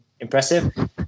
impressive